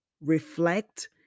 reflect